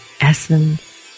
essence